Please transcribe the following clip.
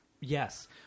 Yes